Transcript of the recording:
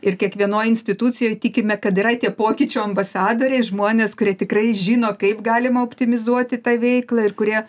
ir kiekvienoj institucijoj tikime kad yra tie pokyčių ambasadoriai žmonės kurie tikrai žino kaip galima optimizuoti tą veiklą ir kurie